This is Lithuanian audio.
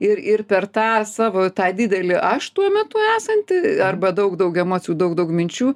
ir ir per tą savo tą didelį aš tuo metu esantį arba daug daug emocijų daug daug minčių